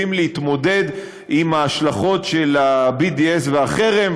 יודעים להתמודד עם ההשלכות של ה-BDS והחרם,